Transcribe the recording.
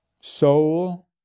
soul